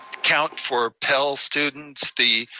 count for pell students, the